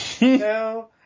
No